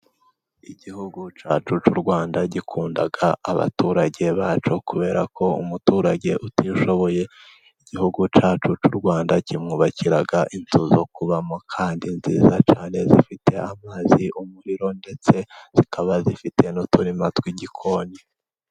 Igihugu cyacu cy'u Rwanda gikunda abaturage ba cyo, kubera ko umuturage utishoboye igihugu cyacu cy'u Rwanda kimwubakira inzu zo kubamo, kandi nziza cyane, zifite amazi, umuriro, ndetse zikaba zifite n'uturima tw'igikoni.